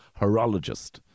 horologist